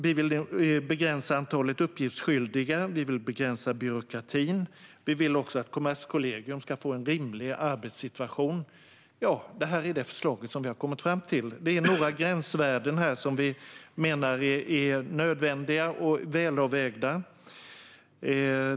Vi vill begränsa antalet uppgiftsskyldiga och byråkratin, och vi vill att Kommerskollegium ska få en rimlig arbetssituation. Detta är det förslag vi har kommit fram till. Det finns några gränsvärden som vi menar är nödvändiga och välavvägda.